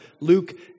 Luke